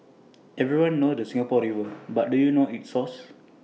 everyone knows the Singapore river but do you know its source